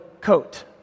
coat